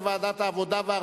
לדיון מוקדם בוועדת העבודה,